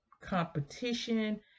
competition